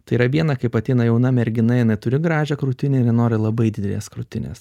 tai yra viena kaip ateina jauna mergina jinai turi gražią krūtinę ir ji nori labai didelės krūtinės